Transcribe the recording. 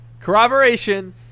Corroboration